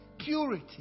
purity